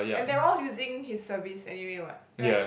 and they are all using his service anyway what right